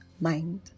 mind